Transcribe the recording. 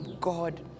God